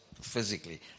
physically